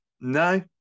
No